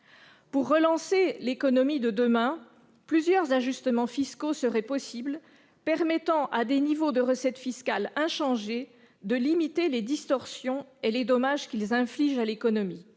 Pour relancer demain l'économie, plusieurs ajustements fiscaux seraient possibles, permettant, à des niveaux de recettes fiscales inchangés, de limiter les distorsions et les dommages infligés à l'économie.